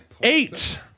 Eight